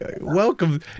welcome